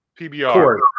PBR